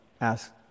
ask